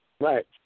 Right